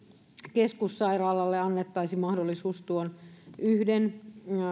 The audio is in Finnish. keskussairaalalle annettaisiin mahdollisuus tällaisen yhden